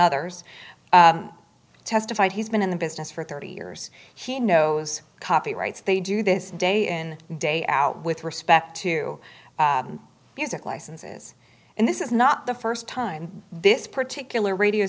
others testified he's been in the business for thirty years he knows copyrights they do this day in day out with respect to music licenses and this is not the st time this particular radio